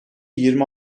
yirmi